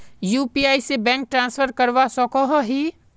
UPI से bank transfer करवा सकोहो ही?